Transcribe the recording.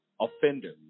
offender